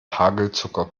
hagelzucker